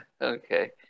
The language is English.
okay